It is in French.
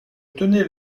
tenais